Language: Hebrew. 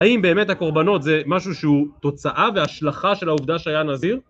האם באמת הקורבנות זה משהו שהוא תוצאה והשלכה של העובדה שהיה נזיר?